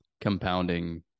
compounding